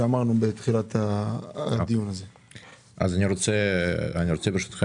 אני מתכבד לפתוח את הדיון של ועדת המשנה לבחינת תיקוני חקיקה